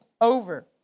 over